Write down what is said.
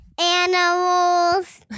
Animals